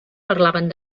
parlaven